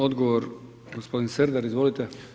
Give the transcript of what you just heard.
Odgovor gospodin Serdar izvolite.